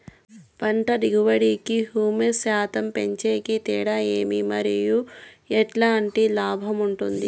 పంట దిగుబడి కి, హ్యూమస్ శాతం పెంచేకి తేడా ఏమి? మరియు ఎట్లాంటి లాభం ఉంటుంది?